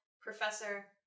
professor